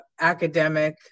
academic